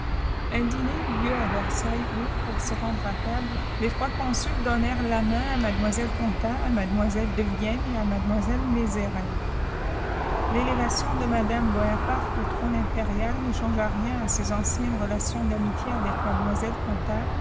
se fëtiûté à tfbife le trbis cbhàut's donnèrent la main à mademoiselle coiiflîftv s mïidèàimâelib i èvienne et à mademoiselle mézerai l'élévation de madame bonaparte au trône impérial ne changea rien à ses anciennes relations d'amitié avec